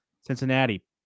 Cincinnati